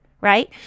right